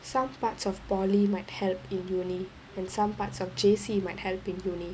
some parts of poly might help in uni and some parts of J_C might help in uni